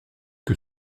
que